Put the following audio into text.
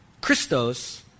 Christos